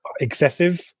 excessive